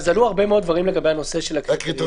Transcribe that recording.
עלו הרבה מאוד דברים לגבי הנושא של הקריטריונים.